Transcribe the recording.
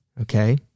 Okay